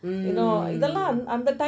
mm